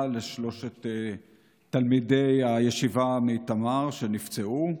לשלושת תלמידי הישיבה מאיתמר שנפצעו.